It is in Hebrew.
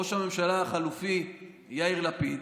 ראש הממשלה החלופי יאיר לפיד,